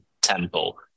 temple